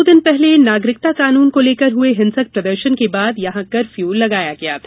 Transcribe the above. दो दिन पहले नागरिकता कानून को लेकर हुए हिंसक प्रदर्शन के बाद यहां कर्फ्यू लगाया गया था